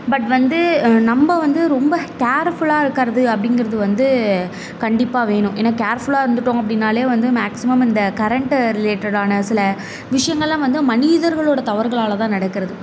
but வந்து நம்ம வந்து ரொம்ப கேர்ஃபுல்லாக இருக்கிறது அப்படிங்கிறது வந்து கண்டிப்பாக வேணும் ஏன்னா கேர்ஃபுல்லாக இருந்துவிட்டோம் அப்படின்னாலே வந்து மேக்சிமம் அந்த கரண்ட்டு ரிலேட்டடான சில விஷியங்கள்லாம் வந்து மனிதர்களோட தவறுகளால்தான் நடக்கிறது